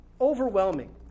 Overwhelming